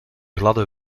gladde